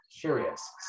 curious